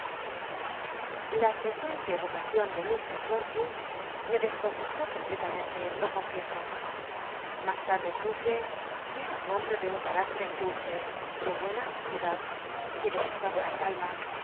a frecuent e ovocacion de llt jorkins me cl sconcettó completamen te lo confieso mas tarde supe que era un hombro de un caráctet dulce de buena sociedad que le gustaba la calma